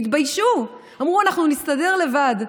הם התביישו, אמרו: אנחנו נסתדר לבד.